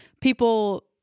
people